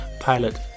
Pilot